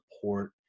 support